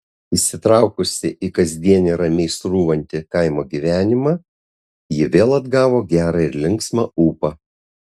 įsitraukusi į kasdienį ramiai srūvantį kaimo gyvenimą ji vėl atgavo gerą ir linksmą ūpą